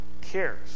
cares